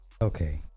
Okay